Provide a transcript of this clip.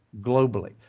globally